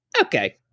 Okay